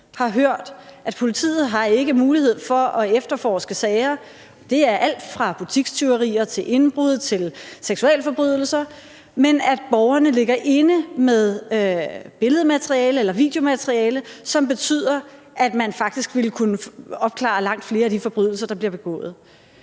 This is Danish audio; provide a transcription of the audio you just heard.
har hørt, at politiet ikke har mulighed for at efterforske sager, og det er alt fra butikstyverier over indbrud til seksualforbrydelser, hvor borgerne ligger inde med billed- eller videomateriale, som ville betyde, at man faktisk ville kunne opklare langt flere af de forbrydelser, der bliver begået.